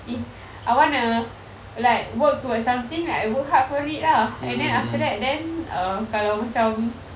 if I wanna like work towards something like I work hard for it ah and then after that then err kalau macam